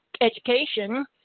education